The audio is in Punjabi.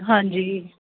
ਹਾਂਜੀ